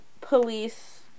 police